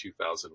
2001